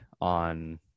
on